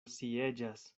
sieĝas